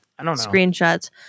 screenshots